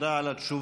תודה על התשובות.